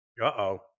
uh-oh